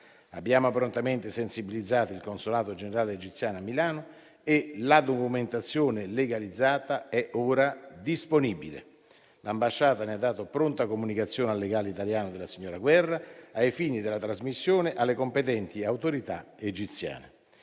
Abbiamo prontamente sensibilizzato il consolato generale egiziano a Milano e la documentazione legalizzata è ora disponibile. L'ambasciata ne ha dato pronta comunicazione al legale italiano della signora Guerra ai fini della trasmissione alle competenti autorità egiziane.